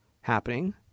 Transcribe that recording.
happening